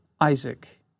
Isaac